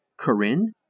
Corinne